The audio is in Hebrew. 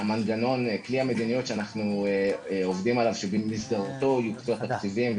כלי המדיניות שאנחנו עובדים עליו שבמסגרתו יוקצו תקציבים,